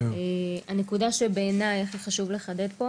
הנקודה שבעיניי הכי חשוב לחדד פה